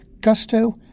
Gusto